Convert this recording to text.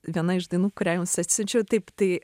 viena iš dainų kurią jums atsiunčiau taip tai